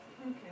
Okay